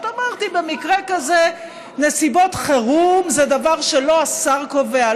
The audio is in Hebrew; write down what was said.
אמרתי: במקרה כזה נסיבות חירום זה דבר שלא השר קובע,